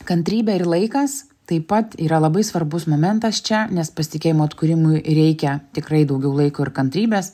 kantrybė ir laikas taip pat yra labai svarbus momentas čia nes pasitikėjimo atkūrimui reikia tikrai daugiau laiko ir kantrybės